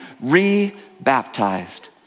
re-baptized